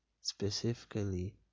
specifically